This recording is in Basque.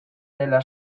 dela